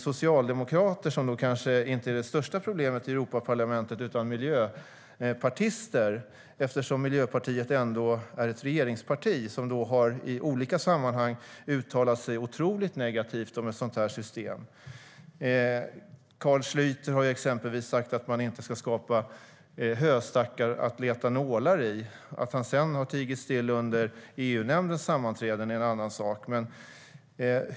Socialdemokraterna är kanske inte det största problemet i Europaparlamentet, utan det är miljöpartisterna. Miljöpartiet är nu ett regeringsparti och har i olika sammanhang uttalat sig otroligt negativt om ett sådant här system. Carl Schlyter har exempelvis sagt att man inte ska skapa höstackar att leta nålar i. Att han sedan har tigit still under EU-nämndens sammanträden är en annan sak.